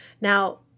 Now